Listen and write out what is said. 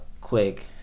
quick